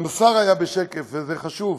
גם השר היה בשקף, וזה חשוב,